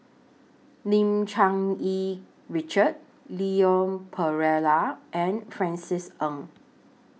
Lim Cherng Yih Richard Leon Perera and Francis Ng